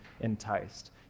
enticed